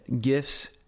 gifts